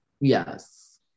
yes